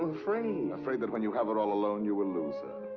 afraid! and afraid that when you have her all alone, you will lose her.